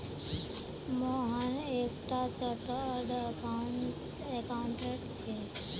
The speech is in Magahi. मोहन एक टा चार्टर्ड अकाउंटेंट छे